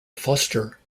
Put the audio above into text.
foster